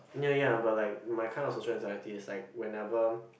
ya ya but like my kind of social anxiety is like whenever